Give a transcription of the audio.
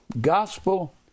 gospel